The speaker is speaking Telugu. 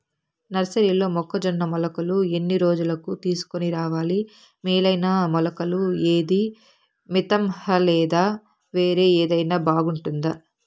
నర్సరీలో మొక్కజొన్న మొలకలు ఎన్ని రోజులకు తీసుకొని రావాలి మేలైన మొలకలు ఏదీ? మితంహ లేదా వేరే ఏదైనా బాగుంటుందా?